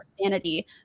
Sanity